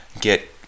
get